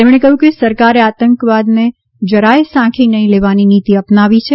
તેમણે કહ્યું કે સરકારે આતંકવાદને જરાય સાંખી નહીં લેવાની નીતિ અપનાવી છે